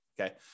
Okay